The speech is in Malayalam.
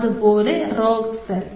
അതുപോലെ റോഗ് സെൽ